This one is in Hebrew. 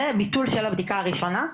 וביטול של הבדיקה הראשונה.